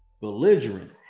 belligerent